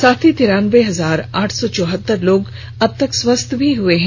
साथ ही तिरानबे हजार आठ सौ चौहत्तर लोग अबतक स्वस्थ भी हो चुके हैं